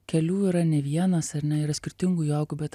kelių yra ne vienas ar ne yra skirtingų jogų bet